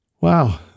Wow